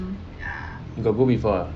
you got go before ah